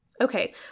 Okay